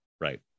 Right